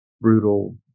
brutal